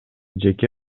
жеке